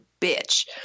bitch